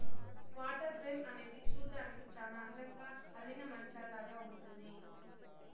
water frame అనేది చూడ్డానికి చానా అందంగా అల్లిన మంచాలాగా ఉంటుంది